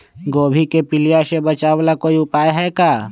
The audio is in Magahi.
गोभी के पीलिया से बचाव ला कोई उपाय है का?